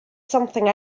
something